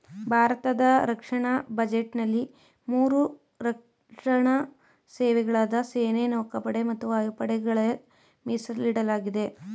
ಭಾರತದ ರಕ್ಷಣಾ ಬಜೆಟ್ನಲ್ಲಿ ಮೂರು ರಕ್ಷಣಾ ಸೇವೆಗಳಾದ ಸೇನೆ ನೌಕಾಪಡೆ ಮತ್ತು ವಾಯುಪಡೆಗಳ್ಗೆ ಮೀಸಲಿಡಲಾಗಿದೆ